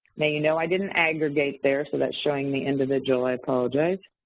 now you know, i didn't aggregate there so that's showing the individual, i apologize.